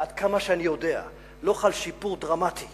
ועד כמה שאני יודע לא חל שיפור דרמטי